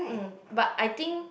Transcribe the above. mm but I think